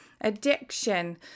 Addiction